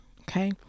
Okay